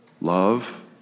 Love